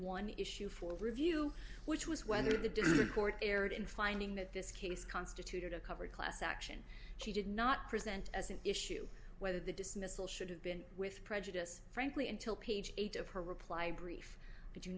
one issue for review which was whether the court erred in finding that this case constituted a covered class action she did not present as an issue whether the dismissal should have been with prejudice frankly until page eight of her reply brief did you